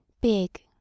big